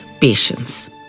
patience